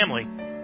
family